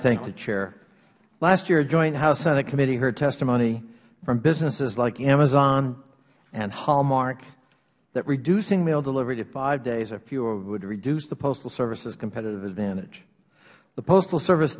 thank the chair last year a joint house senate committee heard testimony from businesses like amazon and hallmark that reducing mail delivery to five days or fewer would reduce the postal services competitive advantage the postal service